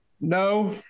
no